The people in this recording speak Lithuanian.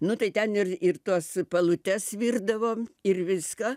nu tai ten ir ir tuos palutes virdavom ir viską